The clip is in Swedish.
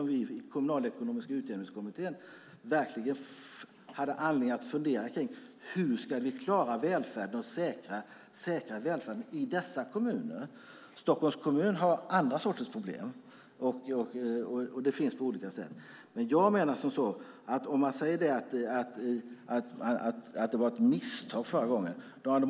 Vi i den kommunalekonomiska utjämningskommittén hade verkligen anledning att fundera kring hur vi ska klara välfärden i dessa kommuner. Stockholms stad har andra problem. Man kan säga att det var ett misstag förra gången.